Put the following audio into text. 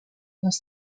les